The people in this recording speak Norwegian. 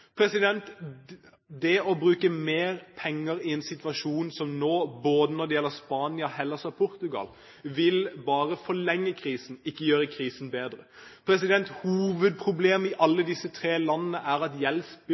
Det å bruke mer penger i en situasjon som nå, når det gjelder både Spania, Hellas og Portugal, vil bare forlenge krisen – ikke gjøre krisen bedre. Hovedproblemet i alle disse tre landene er at